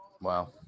Wow